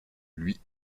lui